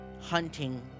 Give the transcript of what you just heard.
hunting